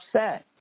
upset